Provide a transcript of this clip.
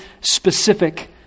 specific